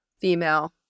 female